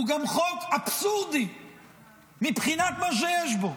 הוא גם חוק אבסורדי מבחינת מה שיש בו.